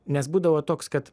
nes būdavo toks kad